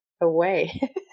away